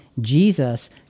Jesus